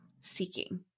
seeking